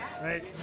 right